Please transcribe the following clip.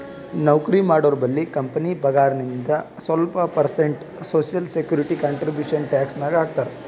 ನೌಕರಿ ಮಾಡೋರ್ಬಲ್ಲಿ ಕಂಪನಿ ಪಗಾರ್ನಾಗಿಂದು ಸ್ವಲ್ಪ percent social security contribution tax ನಾಗ್ ಹಾಕ್ತಾರ್